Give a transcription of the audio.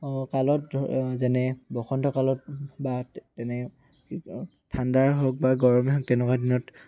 কালত যেনে বসন্ত কালত বা তেনে ঠাণ্ডাৰ হওক বা গৰমেই হওক তেনেকুৱা দিনত